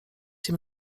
się